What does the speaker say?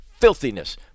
filthiness